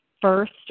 first